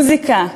מוזיקה,